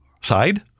side